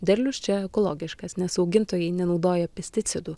derlius čia ekologiškas nes augintojai nenaudoja pesticidų